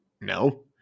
No